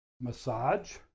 massage